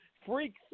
Freaks